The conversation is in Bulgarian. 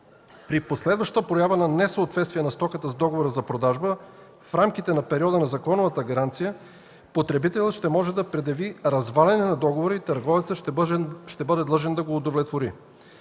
при последваща проява на несъответствие на стоката с договора за продажба в рамките на периода на законовата гаранция, потребителят ще може да предяви разваляне на договора и търговецът ще бъде длъжен да го удовлетвори.